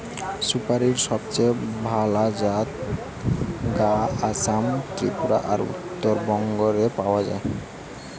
সুপারীর সবচেয়ে ভালা জাত গা আসাম, ত্রিপুরা আর উত্তরবঙ্গ রে পাওয়া যায়